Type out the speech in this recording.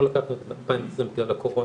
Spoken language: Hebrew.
לא לקחנו את 2020 בגלל הקורונה,